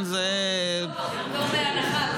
בפטור מהנחה.